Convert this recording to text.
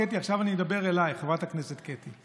קטי, עכשיו אני מדבר אלייך, חברת הכנסת קטי.